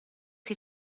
che